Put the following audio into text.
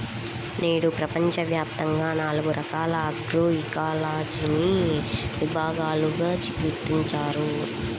నేడు ప్రపంచవ్యాప్తంగా నాలుగు రకాల ఆగ్రోఇకాలజీని విభాగాలను గుర్తించారు